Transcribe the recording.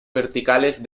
verticales